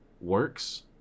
works